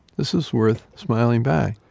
this is worth smiling back.